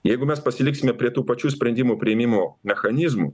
jeigu mes pasiliksime prie tų pačių sprendimų priėmimo mechanizmų